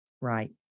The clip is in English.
right